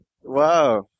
Wow